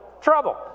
Trouble